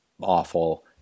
awful